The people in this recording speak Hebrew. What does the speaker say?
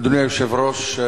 אדוני היושב-ראש,